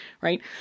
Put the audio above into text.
Right